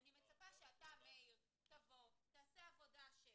אני מצפה שאתה, מאיר, תבוא, תעשה עבודה של